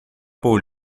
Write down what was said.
por